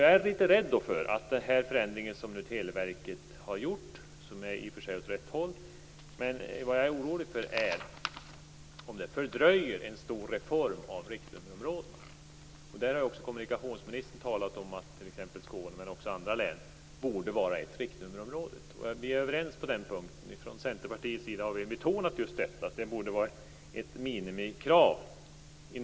Jag är litet rädd för att den förändring som Telia nu har gjort - den är ju i och för sig åt rätt håll - fördröjer en stor reform av riktnummerområdena. Där har också kommunikationsministern talat om att t.ex. Skåne, men också andra län, borde vara ett riktnummerområde. Det borde vara ett minimikrav.